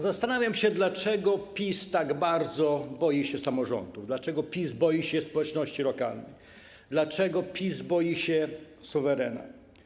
Zastanawiam się, dlaczego PiS tak bardzo boi się samorządów, dlaczego PiS boi się społeczności lokalnej, dlaczego PiS boi się suwerena.